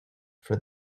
for